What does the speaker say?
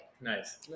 Nice